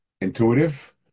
intuitive